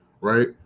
right